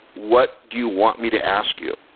what do you want me to ask you?